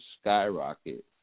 skyrocket